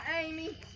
Amy